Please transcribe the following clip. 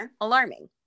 alarming